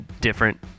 different